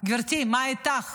מה איתך?